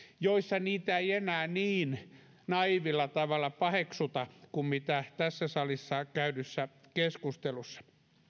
joissa niitä ei enää niin naiivilla tavalla paheksuta kuin tässä salissa käydyssä keskustelussa